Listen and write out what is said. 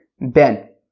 ben